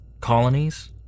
colonies